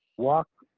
walk,